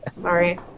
Sorry